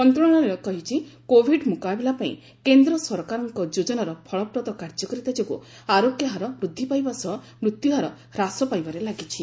ମନ୍ତ୍ରଣାଳୟ କହିଛି କୋବିଡ ମୁକାବିଲା ପାଇଁ କେନ୍ଦ୍ର ସରକାରଙ୍କ ଯୋଜନାର ଫଳପ୍ରଦ କାର୍ଯ୍ୟକାରିତା ଯୋଗୁଁ ଆରୋଗ୍ୟ ହାର ବୃଦ୍ଧି ପାଇବା ସହ ମୃତ୍ୟୁହାର ହ୍ରାସ ପାଇବାରେ ଲାଗିଛି